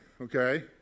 okay